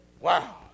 Wow